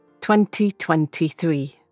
2023